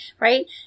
Right